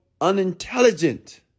unintelligent